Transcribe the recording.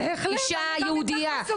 אישה יהודיה.